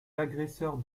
agresseurs